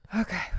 Okay